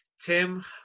Tim